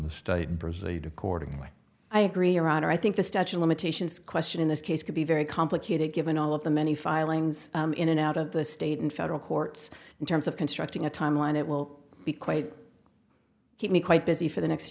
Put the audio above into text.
the state and proceed accordingly i agree your honor i think the statue of limitations question in this case could be very complicated given all of the many filings in and out of the state and federal courts in terms of constructing a timeline it will be quite keep me quite busy for the next